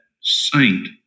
saint